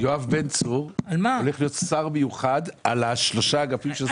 יואב בן צור הולך להיות שר מיוחד על שלושת האגפים של זרוע העבודה.